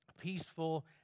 peaceful